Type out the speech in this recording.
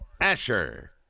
Asher